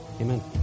amen